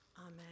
amen